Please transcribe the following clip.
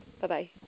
Bye-bye